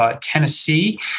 Tennessee